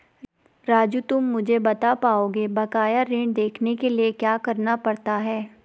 राजू तुम मुझे बता पाओगे बकाया ऋण देखने के लिए क्या करना पड़ता है?